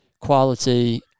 quality